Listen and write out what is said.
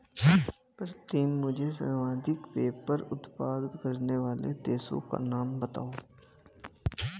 प्रीतम मुझे सर्वाधिक पेपर उत्पादन करने वाले देशों का नाम बताओ?